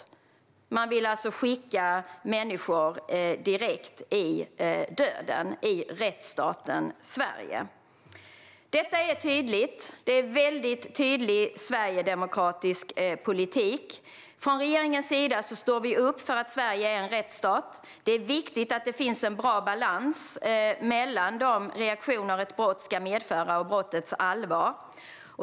Vill man alltså skicka människor direkt i döden från rättsstaten Sverige? Detta är tydligt. Det är tydlig sverigedemokratisk politik. Från regeringens sida står vi upp för att Sverige är en rättsstat. Det är viktigt att det finns en bra balans mellan de reaktioner ett brott ska medföra och brottets allvar.